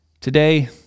Today